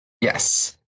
Yes